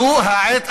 זו העת,